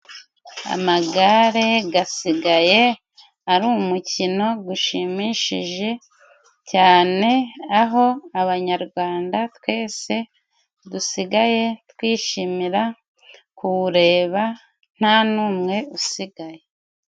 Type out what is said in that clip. Amagare gasigaye ari umukino gushimishije cyane, aho abanyarwanda twese dusigaye twishimira kuwureba nta n'umwe usigaye.